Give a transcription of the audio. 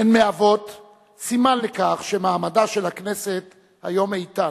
הן מהוות סימן לכך שמעמדה של הכנסת היום איתן,